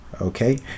okay